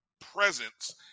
presence